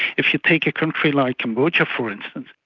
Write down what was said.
if you take a country like cambodia for instance,